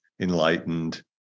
enlightened